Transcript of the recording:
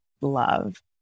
love